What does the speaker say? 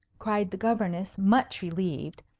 cried the governess, much relieved.